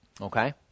Okay